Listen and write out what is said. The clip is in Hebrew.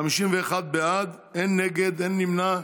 51 בעד, אין נגד, אין נמנעים.